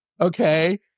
okay